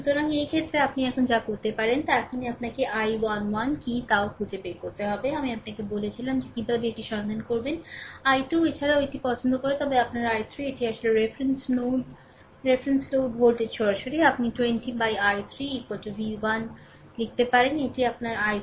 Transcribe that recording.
সুতরাং এই ক্ষেত্রে আপনি এখন যা করতে পারেন তা এখনই আপনাকে i11 কী তাও খুঁজে বের করতে হবে আমি আপনাকে বলেছিলাম যে কীভাবে এটি সন্ধান করতে হবে i2 এছাড়াও এটি পছন্দ করে তবে আপনার i3 এটি আসলে reference load reference load voltage সরাসরি আপনি 20 বাইi3 v1 লিখতে পারেন এটি আপনার i3